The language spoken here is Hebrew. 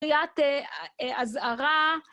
קריאת אזהרה.